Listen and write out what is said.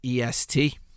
EST